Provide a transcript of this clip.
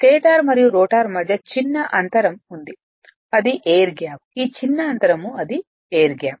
stator మరియు rotor మధ్య చిన్న అంతరంగ్యాప్ ఉంది ఇది ఎయిర్ గ్యాప్ ఈ చిన్నఅంతరం ఇది ఎయిర్ గ్యాప్